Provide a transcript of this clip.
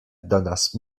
donas